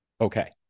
okay